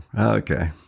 okay